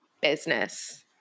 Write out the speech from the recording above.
business